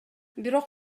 бирок